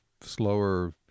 slower